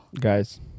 Guys